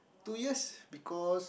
two years because